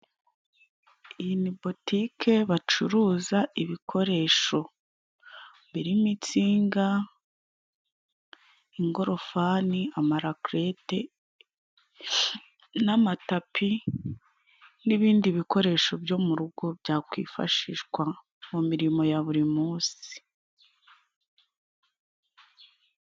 Iyi ni botike bacuruza ibikoresho birimo insinga， ingorofani， amarakerete n’amatapi n’ibindi bikoresho byo mu rugo，byakwifashishwa mu mirimo ya buri munsi.